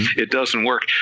it doesn't work,